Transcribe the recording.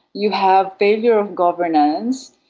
you have failure of governance,